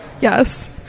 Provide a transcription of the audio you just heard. yes